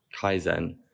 kaizen